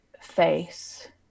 face